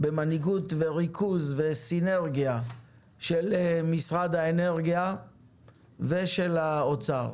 במנהיגות וריכוז וסינרגיה של משרד האנרגיה ושל משרד האוצר.